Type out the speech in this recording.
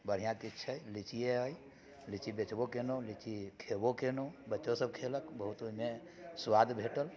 बढ़िआँ किछु छै लीचिये अछि लीची बेचबो कयलहुँ लीची खयबो कयलहुँ बच्चो सभ खयलक बहुत ओहिमे सुआद भेटल